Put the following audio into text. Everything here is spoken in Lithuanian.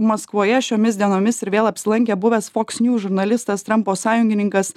maskvoje šiomis dienomis ir vėl apsilankė buvęs fox news žurnalistas trampo sąjungininkas